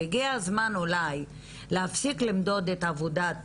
שהגיע הזמן אולי להפסיק למדוד את עבודת